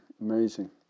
Amazing